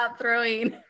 throwing